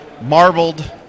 marbled